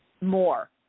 more